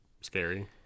Scary